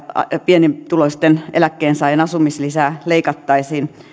pienituloisten eläkkeensaajien asumislisää leikattaisiin